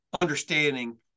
understanding